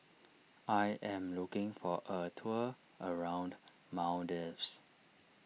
I am looking for a tour around Maldives